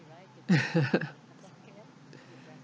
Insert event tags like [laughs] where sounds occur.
[laughs]